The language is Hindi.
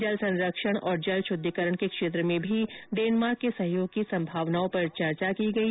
जल संरक्षण और जल शुद्धिकरण के क्षेत्र में भी डेनमार्क के सहयोग की संभावनाओं पर चर्चा की गई